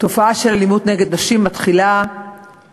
התופעה של אלימות נגד נשים מתחילה כאשר,